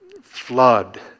flood